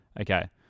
Okay